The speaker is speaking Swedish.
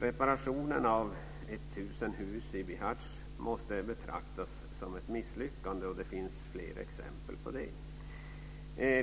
Reparationen av 1 000 hus i Bihac måste betraktas som ett misslyckande, och det finns fler exempel.